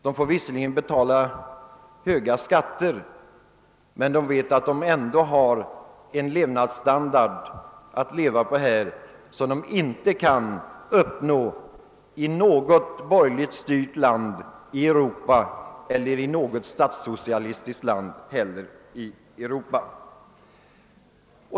De får visserligen betala höga skatter, men de vet att de ändå har en levnadsstandard här som de inte kan uppnå i något borgerligt och inte heller i något statssocialistiskt styrt land i Europa.